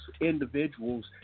individuals